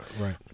Right